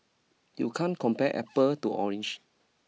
you can't compare apple to orange